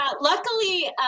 luckily